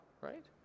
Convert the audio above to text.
Right